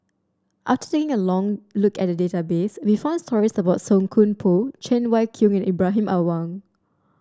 after taking a long look at the database we found stories about Song Koon Poh Cheng Wai Keung and Ibrahim Awang